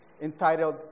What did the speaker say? entitled